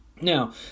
Now